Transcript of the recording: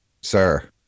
sir